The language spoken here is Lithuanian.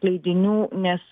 leidinių nes